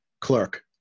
clerk